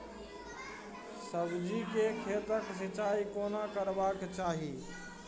सब्जी के खेतक सिंचाई कोना करबाक चाहि?